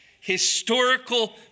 historical